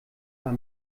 war